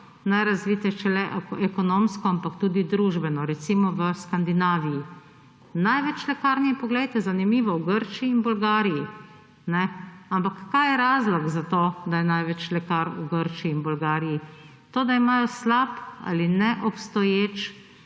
najrazvitejše le ekonomsko, ampak tudi družbeno, recimo v Skandinaviji. Največ lekarn je, poglejte, zanimivo, v Grčiji in Bolgariji. Ampak kaj je razlog za to, da je največ lekarn v Grčiji in Bolgariji? To, da imajo slab ali neobstoječ